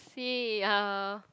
see uh